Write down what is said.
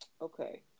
Okay